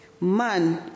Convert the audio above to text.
Man